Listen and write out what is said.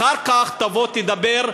אחר כך תבוא תדבר.